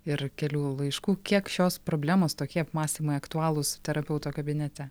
ir kelių laiškų kiek šios problemos tokie apmąstymai aktualūs terapeuto kabinete